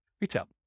retail